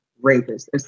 rapist